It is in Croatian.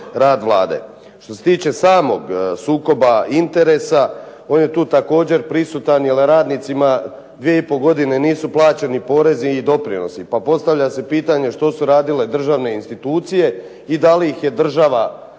rad Vlade. Što se tiče samog sukoba interesa on je tu također prisutan jer radnicima dvije i pol godine nisu plaćeni porezi i doprinosi. Pa postavlja se pitanje što su radile državne institucije i da li ih je država,